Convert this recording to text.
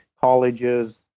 colleges